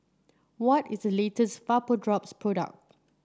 what is the latest Vapodrops Product